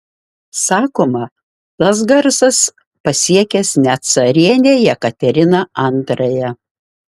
sakoma tas garsas pasiekęs net carienę jekateriną antrąją